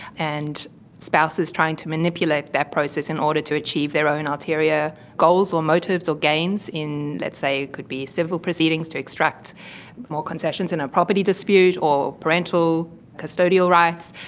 and spouses trying to manipulate that process in order to achieve their own ulterior goals or motives or gains in, let's say it could be civil proceedings to extract more concessions in a property dispute or parental custodial rights,